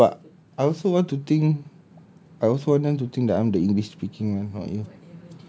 ya but I also want to think I also want them to think that I'm the english speaking not you